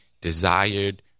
desired